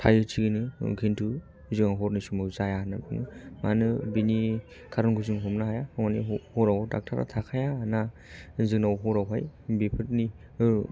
थायो थिगैनो खिन्थु जोंङो हरनि समाव जाया होनोमोन मानो बिनि खारनखौ जों हमनो हाया हराव डाक्टारा थाखाया ना जोंनाव हरावहाय बेफोरनि